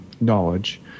knowledge